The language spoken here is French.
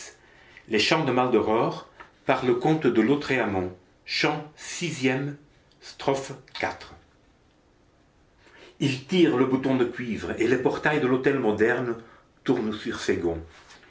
il tire le bouton de cuivre et le portail de l'hôtel moderne tourne sur ses gonds